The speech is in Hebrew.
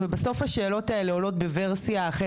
ובסוף השאלות האלה עולות בוורסיה אחרת.